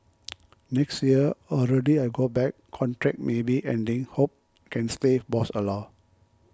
next year already I go back contract maybe ending hope can stay boss allow